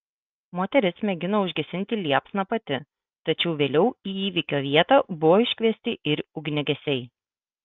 moteris mėgino užgesinti liepsną pati tačiau vėliau į įvykio vietą buvo iškviesti ir ugniagesiai